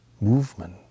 movement